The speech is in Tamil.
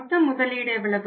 மொத்த முதலீடு எவ்வளவு